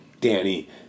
Danny